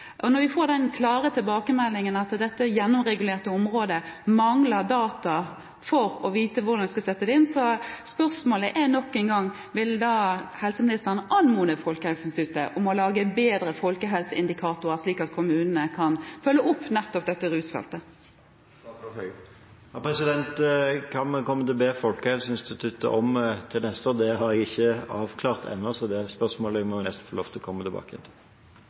Når vi får den klare tilbakemeldingen om at dette gjennomregulerte området mangler data som kan gi oss grunnlag for å vite hvor man skal sette kreftene inn, er spørsmålet nok en gang: Vil helseministeren anmode Folkehelseinstituttet om å lage bedre folkehelseindikatorer, slik at kommunene kan følge opp nettopp rusfeltet? Hva vi kommer til å be Folkehelseinstituttet om neste år, har jeg ikke avklart ennå, så det spørsmålet må jeg få komme tilbake til. I folkehelsemeldinga har regjeringa sett eit mål om å